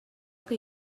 que